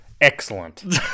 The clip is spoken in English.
Excellent